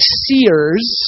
seers